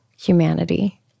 humanity